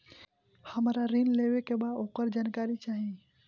हमरा ऋण लेवे के बा वोकर जानकारी चाही